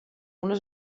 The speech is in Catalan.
unes